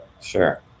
sure